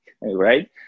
right